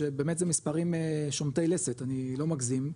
שזה באמת זה מספרים שומטי לסת אני לא מגזים,